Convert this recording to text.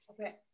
okay